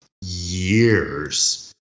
years